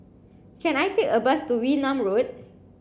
can I take a bus to Wee Nam Road